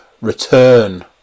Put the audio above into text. return